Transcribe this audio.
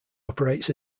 operates